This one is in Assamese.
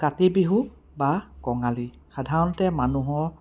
কাতি বিহু বা কঙালী সাধাৰণতে মানুহৰ